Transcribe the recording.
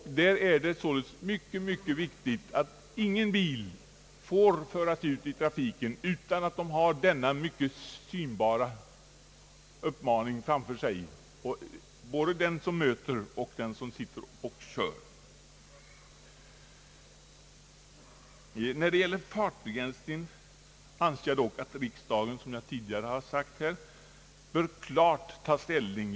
Där är det således mycket viktigt att ingen bil får framföras ute i trafiken utan denna väl synliga uppmaning. Förarna i båda de mötande fordonen skall tydligt se denna uppmaning. När det gäller fartbegränsning anser jag att riksdagen, som jag tidigare sagt, klart bör ta ställning.